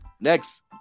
Next